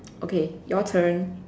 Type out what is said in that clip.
okay your turn